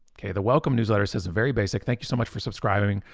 okay? the welcome newsletter says a very basic, thank you so much for subscribing.